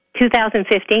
2015